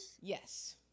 Yes